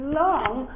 long